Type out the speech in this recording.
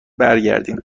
برگردیم